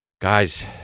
Guys